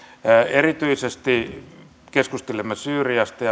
erityisesti keskustelimme syyriasta ja